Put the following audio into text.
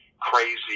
crazy